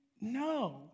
No